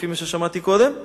לפי מה ששמעתי קודם,